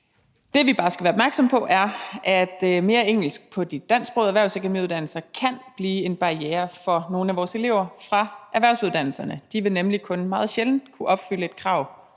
Det, vi bare skal være opmærksomme på, er, at mere engelsk på de dansksprogede erhvervsakademiuddannelser kan blive en barriere for nogle af vores elever fra erhvervsuddannelserne. De vil nemlig kun meget sjældent kunne opfylde et krav